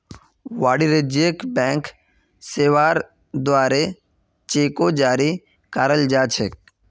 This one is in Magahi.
वाणिज्यिक बैंक सेवार द्वारे चेको जारी कराल जा छेक